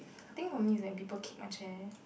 I think for me is when people kick my chair